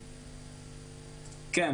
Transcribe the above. כן.